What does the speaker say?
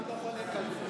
אף אחד לא חולק על זה.